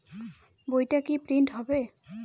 বইটা কি প্রিন্ট হবে?